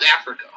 Africa